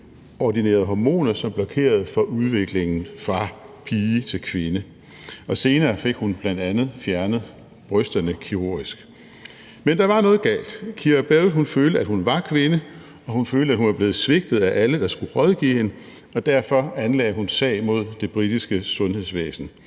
ordinerede hormoner, som blokerede for udviklingen fra pige til kvinde. Senere fik hun bl.a. fjernet brysterne kirurgisk. Men der var noget galt. Keira Bell følte, at hun var kvinde, og hun følte, at hun var blevet svigtet af alle, der skulle rådgive hende, og derfor anlagde hun sag mod det britiske sundhedsvæsen.